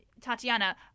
Tatiana